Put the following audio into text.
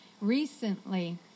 recently